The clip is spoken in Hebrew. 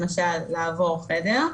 למשל לעבור חדר,